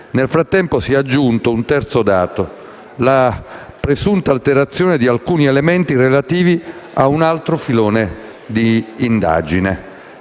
Nel frattempo si è aggiunto un terzo dato: la presunta alterazione di alcuni elementi relativi a un altro filone d'indagine.